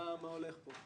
מה הולך פה?